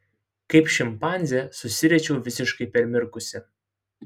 kaip šimpanzė susiriečiau visiškai permirkusi